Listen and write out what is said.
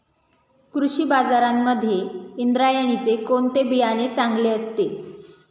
कृषी बाजारांमध्ये इंद्रायणीचे कोणते बियाणे चांगले असते?